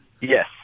Yes